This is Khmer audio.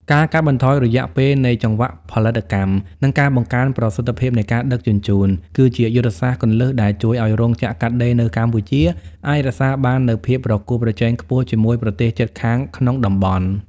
ការកាត់បន្ថយរយៈពេលនៃចង្វាក់ផលិតកម្ម និងការបង្កើនប្រសិទ្ធភាពនៃការដឹកជញ្ជូន គឺជាយុទ្ធសាស្ត្រគន្លឹះដែលជួយឱ្យរោងចក្រកាត់ដេរនៅកម្ពុជាអាចរក្សាបាននូវភាពប្រកួតប្រជែងខ្ពស់ជាមួយប្រទេសជិតខាងក្នុងតំបន់។